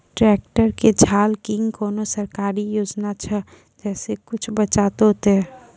Tractor के झाल किंग कोनो सरकारी योजना छ जैसा कुछ बचा तो है ते?